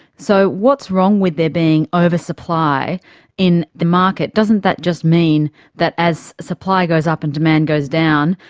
so what's wrong with there being oversupply in the market? doesn't that just mean that as supply goes up and demand goes down,